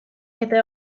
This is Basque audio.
eta